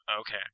Okay